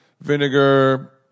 vinegar